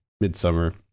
Midsummer